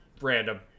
random